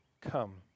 come